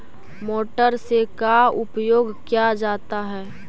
Motor से का उपयोग क्या जाता है?